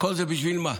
כל זה בשביל מה?